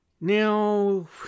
Now